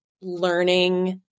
learning